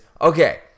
okay